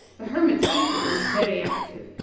the hermit's pupil was very active,